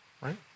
right